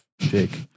Jake